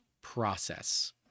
process